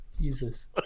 Jesus